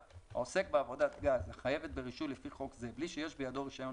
העוסק בעבודת גז החייבת ברישוי לפי חוק זה בלי שיש בידו רישיון